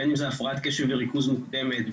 בין אם זו הפרעת קשב וריכוז מוקדמת,